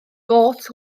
got